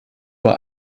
bei